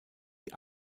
die